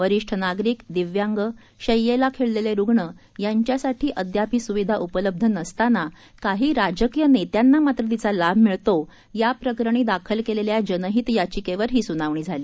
वरिष्ठ नागरिक दिव्यांग शय्येला खिळलेले रुग्ण यांच्यासाठी अद्याप ही सुविधा उपलब्ध नसताना काही राजकीय नेत्यांना मात्र तिचा लाभ मिळतो याप्रकरणी दाखल केलेल्या जनहित याचिकेवर ही सुनावणी झाली